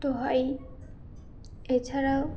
তো হয় এছাড়াও